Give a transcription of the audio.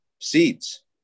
seeds